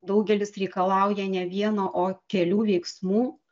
daugelis reikalauja ne vieno o kelių veiksmų